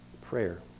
Prayer